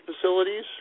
facilities